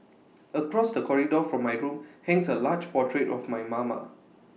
across the corridor from my room hangs A large portrait of my mama